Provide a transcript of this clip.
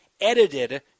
edited